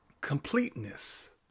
completeness